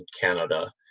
Canada